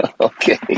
Okay